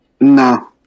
No